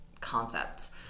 concepts